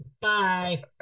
Bye